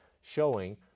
showing